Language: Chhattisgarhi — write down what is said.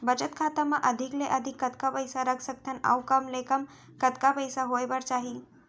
बचत खाता मा अधिक ले अधिक कतका पइसा रख सकथन अऊ कम ले कम कतका पइसा होय बर चाही?